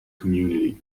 community